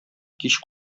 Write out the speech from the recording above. кич